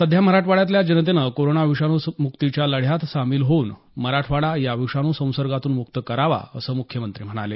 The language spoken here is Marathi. सध्या मराठवाड्यातल्या जनतेनं कोरोना विषाणू मुक्तीच्या लढ्यात सामील होऊन मराठवाडा या विषाणू संसर्गातून मुक्त करावा असंही मुख्यमंत्री म्हणाले